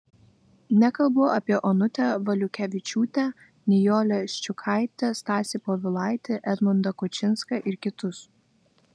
nekalbu apie onutę valiukevičiūtę nijolę ščiukaitę stasį povilaitį edmundą kučinską ir kitus